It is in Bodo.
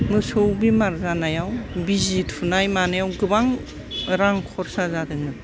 मोसौ बेमार जानायाव बिजि थुनाय मानायाव गोबां रां खरसा जादोंमोन